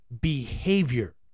behavior